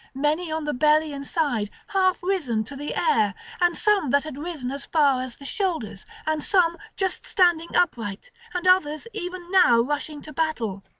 many on the belly and side, half risen to the air and some that had risen as far as the shoulders and some just standing upright, and others even now rushing to battle.